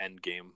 Endgame